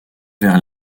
vers